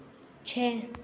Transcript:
छः